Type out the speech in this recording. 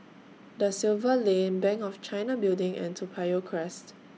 DA Silva Lane Bank of China Building and Toa Payoh Crest